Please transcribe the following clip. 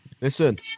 listen